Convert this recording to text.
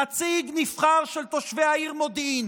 נציג נבחר של תושבי העיר מודיעין,